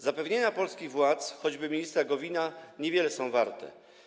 Zapewnienia polskich władz, choćby ministra Gowina, niewiele są warte.